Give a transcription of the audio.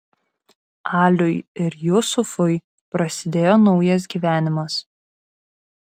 aliui ir jusufui prasidėjo naujas gyvenimas